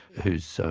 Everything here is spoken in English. who's